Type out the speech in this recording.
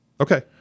Okay